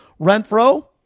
Renfro